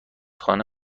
خانه